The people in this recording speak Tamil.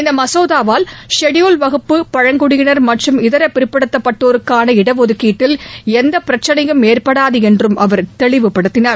இந்த மசோதாவால் ஷெட்யூல்டு வகுப்பு பழங்குடியினர் மற்றும் இதர பிற்படுத்தப்பட்டோருக்கான இட ஒதுக்கீட்டில் எந்தப் பிரச்னையும் ஏற்படாது என்றும் அவர் தெளிவுபடுத்தினார்